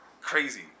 Crazy